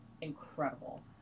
incredible